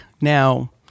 Now